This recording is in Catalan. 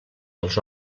els